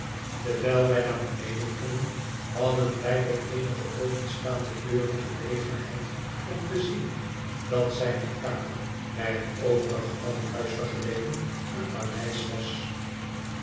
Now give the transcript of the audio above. terwijl wij naar beneden gingen hadden wij door eenige openstaande deuren gelegenheid om te zien dat zijne kamer bij het overige van het huis vergeleken een paleis was